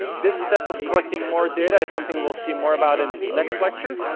this step of collecting more data is something we'll see more about in next lecture.